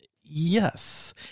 Yes